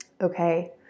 Okay